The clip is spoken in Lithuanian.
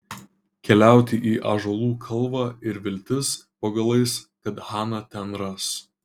keliauti į ąžuolų kalvą ir viltis po galais kad haną ten ras